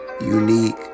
unique